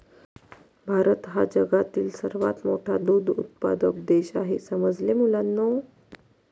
भारत हा जगातील सर्वात मोठा दूध उत्पादक देश आहे समजले मुलांनो